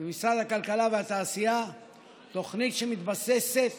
הכלכלה והתעשייה תוכנית, שמתבססת